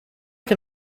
can